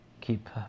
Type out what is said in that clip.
keep